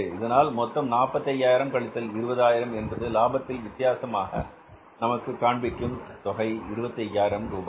இதனால் மொத்தம் 45000 கழித்தல் 20000 என்பது லாபத்தில் வித்தியாசமாக நமக்கு காண்பிக்கும் தொகை 25000 ரூபாய்